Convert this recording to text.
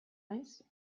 naiz